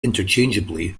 interchangeably